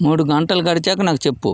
మూడు గంటలు గడిచాక నాకు చెప్పు